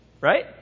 right